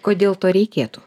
kodėl to reikėtų